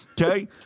Okay